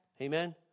Amen